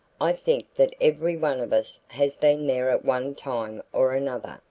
i think that every one of us has been there at one time or another.